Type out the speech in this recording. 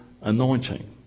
anointing